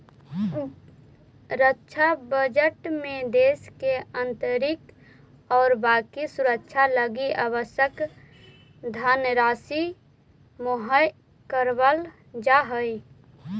रक्षा बजट में देश के आंतरिक और बाकी सुरक्षा लगी आवश्यक धनराशि मुहैया करावल जा हई